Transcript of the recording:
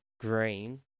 green